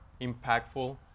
impactful